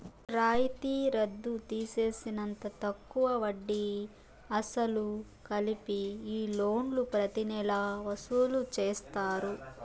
రాయితీ రద్దు తీసేసినంత తక్కువ వడ్డీ, అసలు కలిపి ఈ లోన్లు ప్రతి నెలా వసూలు చేస్తారు